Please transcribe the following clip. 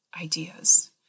ideas